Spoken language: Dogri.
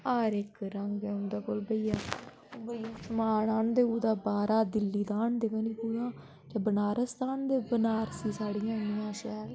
हर इक रंग ऐ उंदे कोल भैया भैया समान आह्नदे कुता बाह्रा दिल्ली दा आह्नदे पता नी कुथां जां बनारस दा आह्नदे बनारसी साड़ियां इन्निययां शैल